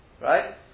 Right